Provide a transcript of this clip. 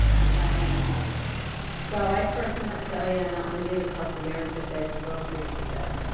hi diana so i first met diana on read across america day twelve years ago.